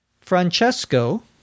Francesco